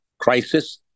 crisis